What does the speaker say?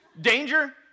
Danger